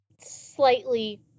slightly